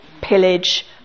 pillage